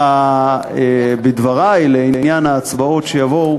בדברי לעניין ההצבעות שיבואו,